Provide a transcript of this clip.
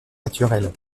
naturel